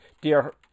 dear